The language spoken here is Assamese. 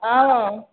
অঁ